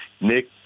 Nick